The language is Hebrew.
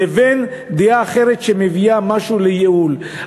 לבין דעה אחרת שמביאה משהו לייעול.